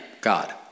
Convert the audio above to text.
God